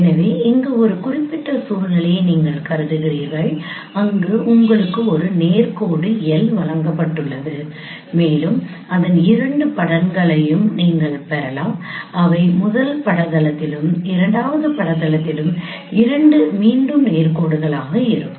எனவே இங்கே ஒரு குறிப்பிட்ட சூழ்நிலையை நீங்கள் கருதுகிறீர்கள் அங்கு உங்களுக்கு ஒரு நேர் கோடு L வழங்கப்பட்டுள்ளது மேலும் அதன் இரண்டு படங்களையும் நீங்கள் பெறலாம் அவை முதல் பட தளத்திலும் இரண்டாவது பட தளத்திலும் மீண்டும் நேர் கோடுகளாக இருக்கும்